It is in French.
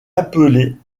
appelée